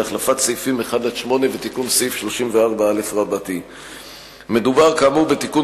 להחלפת סעיפים 1 8 ולתיקון סעיף 34א. מדובר כאמור בתיקון